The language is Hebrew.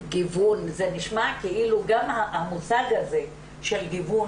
גיוון זה נשמע כאילו המושג הזה של גיוון